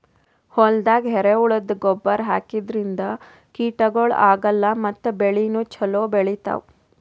ಹೊಲ್ದಾಗ ಎರೆಹುಳದ್ದು ಗೊಬ್ಬರ್ ಹಾಕದ್ರಿನ್ದ ಕೀಟಗಳು ಆಗಲ್ಲ ಮತ್ತ್ ಬೆಳಿನೂ ಛಲೋ ಬೆಳಿತಾವ್